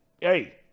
hey